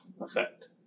effect